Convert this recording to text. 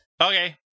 Okay